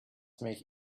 make